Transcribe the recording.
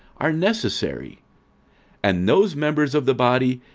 are necessary and those members of the body,